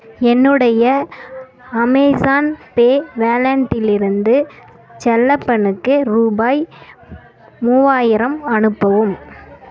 என்னுடைய Amazon Pay வேலட்டில் இருந்து செல்லப்பனுக்கு ரூபாய் மூவாயிரம் அனுப்பவும்